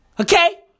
Okay